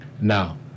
Now